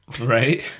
Right